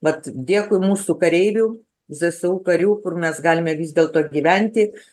vat dėkui mūsų kareivių zsu karių kur mes galime vis dėlto gyventi